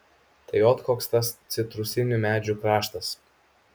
tai ot koks tas citrusinių medžių kraštas